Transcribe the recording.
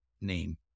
name